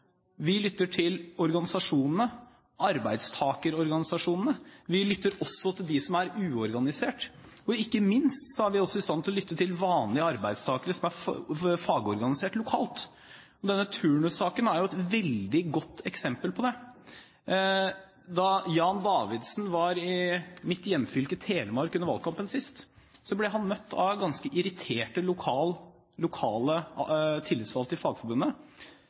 Vi lytter til organisasjonene, arbeidstakerorganisasjonene. Vi lytter også til dem som er uorganisert. Og ikke minst er vi også i stand til å lytte til vanlige arbeidstakere som er fagorganisert lokalt. Denne turnussaken er et veldig godt eksempel på det. Da Jan Davidsen var i mitt hjemfylke, Telemark, under valgkampen sist, ble han møtt av ganske irriterte lokale tillitsvalgte i Fagforbundet.